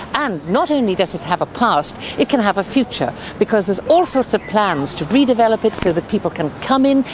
and not only does it have a past, it can have a future, because there's all sorts of plans to redevelop it so that people can come in,